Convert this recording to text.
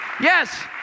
Yes